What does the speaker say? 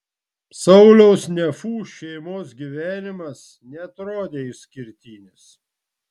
sauliaus nefų šeimos gyvenimas neatrodė išskirtinis